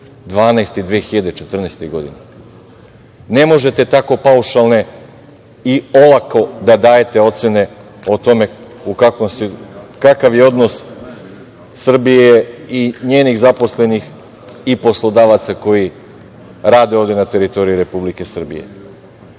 i 2014. godine. Ne možete tako paušalne i olako da dajete ocene o tome kakav je odnos Srbije i njenih zaposlenih i poslodavaca koji rade ovde na teritoriji Republike